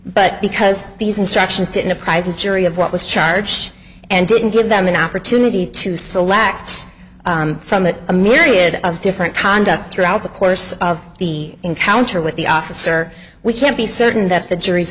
but because these instructions didn't apprise a jury of what was charged and didn't give them an opportunity to select from it a myriad of different conduct throughout the course of the encounter with the officer we can't be certain that the jury's